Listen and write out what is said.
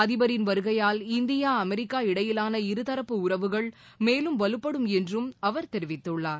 அதிபரின் வருகையால் India America இடையிலான இருதரப்பு உறவுகள் மேலும் வலப்படும் என்றும் அவர் தெரிவித்துள்ளார்